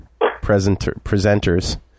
presenters